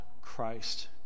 Christ